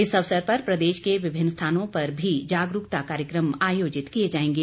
इस अवसर पर प्रदेश के विभिन्न स्थानों पर भी जागरूकता कार्यक्रम आयोजित किए जाएंगे